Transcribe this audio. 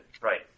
Right